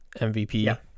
MVP